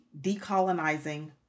decolonizing